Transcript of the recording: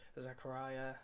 Zechariah